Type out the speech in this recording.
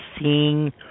seeing